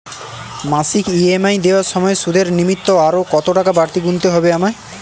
মাসিক ই.এম.আই দেওয়ার সময়ে সুদের নিমিত্ত আরো কতটাকা বাড়তি গুণতে হবে আমায়?